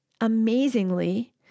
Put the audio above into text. amazingly